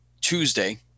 Tuesday